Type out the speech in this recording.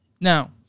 Now